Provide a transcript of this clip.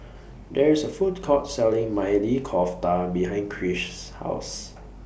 There IS A Food Court Selling Maili Kofta behind Krish's House